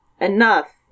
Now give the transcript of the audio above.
enough